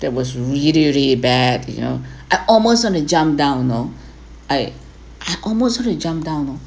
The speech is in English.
that was really really bad you know I almost want to jump down you know I I almost want to jump down you know